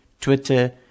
Twitter